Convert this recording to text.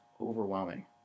overwhelming